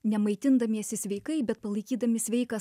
ne maitindamiesi sveikai bet palaikydami sveiką